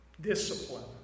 Discipline